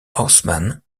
haussmann